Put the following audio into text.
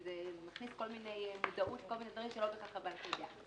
כי זה מכניס כל מיני מודעות לדברים שלא בהכרח הבנק יידע.